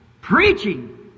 preaching